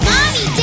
Mommy